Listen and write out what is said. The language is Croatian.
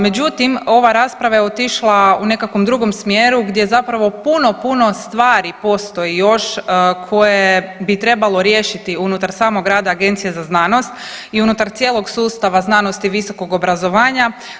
Međutim, ova rasprava je otišla u nekakvom drugom smjeru gdje zapravo puno, puno stvari postoji još koje bi trebalo riješiti unutar samog rada Agencije za znanost i unutar cijelog sustava znanosti i visokog obrazovanja.